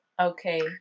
Okay